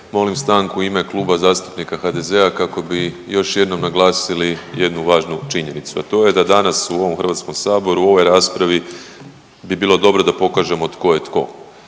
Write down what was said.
Molim stanku u ime Kluba zastupnika HDZ-a kako bi još jednom naglasili jednu važnu činjenicu, a to je da danas u ovom HS-u u ovoj raspravi bi bilo dobro da pokažemo tko je to.